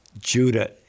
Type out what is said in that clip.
Judah